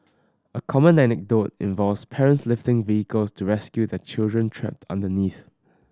a common anecdote involves parents lifting vehicles to rescue their children trapped underneath